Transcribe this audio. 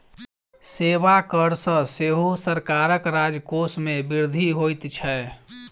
सेवा कर सॅ सेहो सरकारक राजकोष मे वृद्धि होइत छै